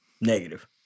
Negative